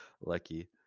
lucky